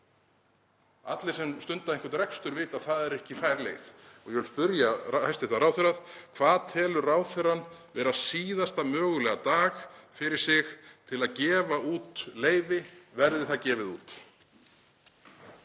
Allir sem stunda einhvern rekstur vita að það er ekki fær leið. Ég vil spyrja hæstv. ráðherra: Hvað telur ráðherrann vera síðasta mögulega dag fyrir sig til að gefa út leyfi, verði það gefið út?